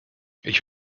ich